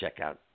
checkout